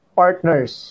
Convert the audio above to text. partners